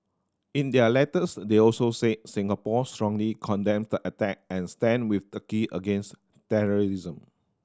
in their letters they also said Singapore strongly condemns the attack and stand with Turkey against terrorism